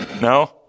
No